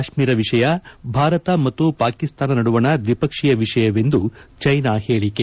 ಕಾಶ್ತೀರ ವಿಷಯ ಭಾರತ ಮತ್ತು ಪಾಕಿಸ್ತಾನ ನಡುವಣ ದ್ವಿಪಕ್ಷೀಯ ವಿಷಯವೆಂದು ಚೀನಾ ಹೇಳಿಕೆ